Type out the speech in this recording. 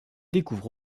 découvre